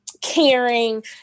caring